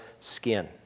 skin